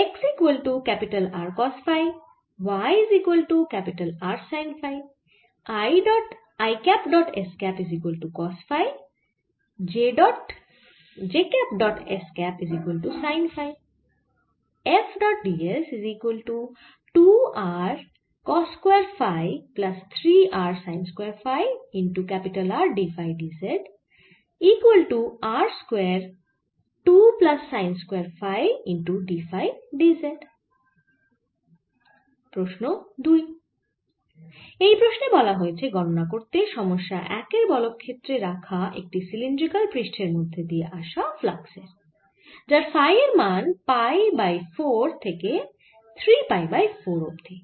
প্রশ্ন 2 এই প্রশ্নে বলা হয়েছে গণনা করতে সমস্যা 1 এর বল ক্ষেত্রে রাখা একটি সিলিন্ড্রিকাল পৃষ্ঠের মধ্যে দিয়ে আসা ফ্লাক্সএর যার ফাই এর মান পাই বাই 4 থেকে 3 পাই বাই 4 অবধি